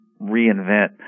reinvent